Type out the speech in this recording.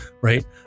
Right